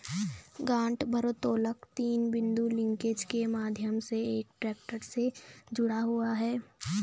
गांठ भारोत्तोलक तीन बिंदु लिंकेज के माध्यम से एक ट्रैक्टर से जुड़ा हुआ है